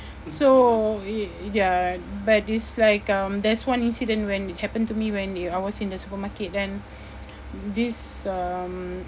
so it ya but it's like um there's one incident when it happened to me when I was in the supermarket then this um